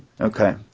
Okay